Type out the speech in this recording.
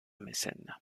mécène